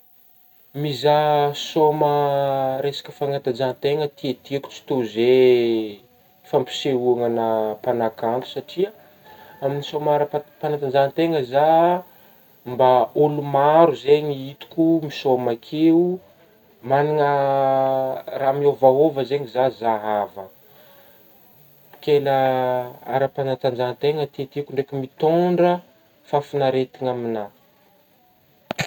Mizahà sôma resaka fanatanjahantegna tiatiako tsy tô zey fampisehoagna agna mpanakanto satria amin'ny sôma aram-pa-panatanjahategna zah mba ôlo maro zegny hitako misôma akeo, managna raha mihôvahôva zegny zah zahavako ,ke la aram-panatanjahategna tiatiako ndraiky mitôndra fafignaretagna aminah.